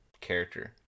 character